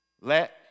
let